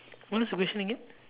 what is the question again